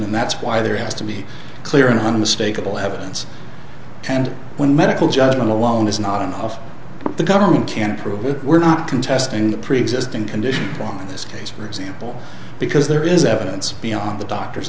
and that's why there has to be clear and unmistakable evidence and when medical judgment alone is not enough the government can prove we're not contesting the preexisting condition on this case for example because there is evidence beyond the doctor's